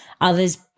others